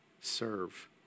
Serve